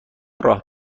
راه